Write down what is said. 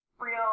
real